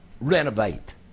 Renovate